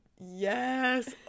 Yes